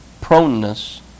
proneness